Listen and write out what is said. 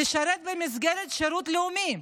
לשרת במסגרת שירות לאומי,